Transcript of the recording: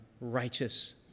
righteous